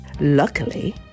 Luckily